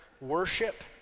worship